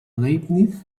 leibniz